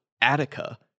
Attica